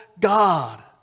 God